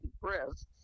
breasts